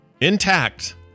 intact